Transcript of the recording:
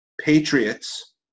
Patriots